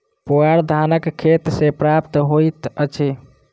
पुआर धानक खेत सॅ प्राप्त होइत अछि